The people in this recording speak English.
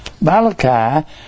Malachi